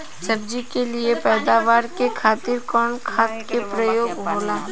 सब्जी के लिए पैदावार के खातिर कवन खाद के प्रयोग होला?